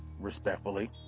respectfully